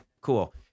cool